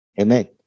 amen